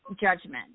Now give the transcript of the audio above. judgment